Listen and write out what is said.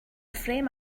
frame